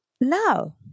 no